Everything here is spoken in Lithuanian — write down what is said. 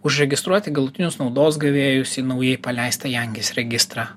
užregistruoti galutinius naudos gavėjus į naujai paleistą jangis registrą